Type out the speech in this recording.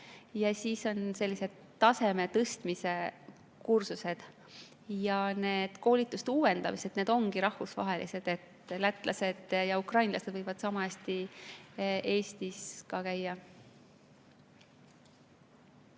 Ja siis on sellised taseme tõstmise kursused. Need koolituste uuendamised ongi rahvusvahelised. Lätlased ja ukrainlased võivad samahästi Eestis käia.